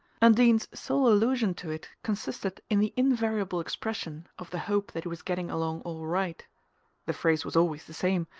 undine's sole allusion to it consisted in the invariable expression of the hope that he was getting along all right the phrase was always the same,